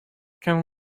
can